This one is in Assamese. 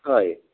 হয়